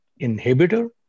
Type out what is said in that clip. inhibitor